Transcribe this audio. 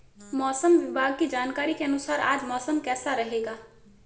मौसम विभाग की जानकारी के अनुसार आज मौसम कैसा रहेगा?